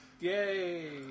yay